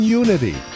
unity